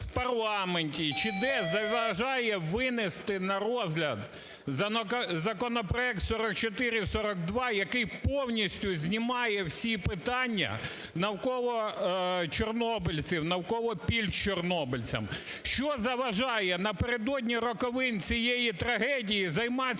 в парламенті, чи де, заважає винести на розгляд законопроект 4442, який повністю знімає всі питання навколо чорнобильців, навколо пільг чорнобильцям? Що заважає на передодні роковин цієї трагедії займатися